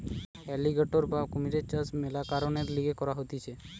alligator বা কুমিরের চাষ মেলা কারণের লিগে করা হতিছে